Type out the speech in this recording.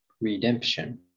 redemption